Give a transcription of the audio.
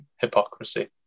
hypocrisy